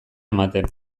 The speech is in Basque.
ematen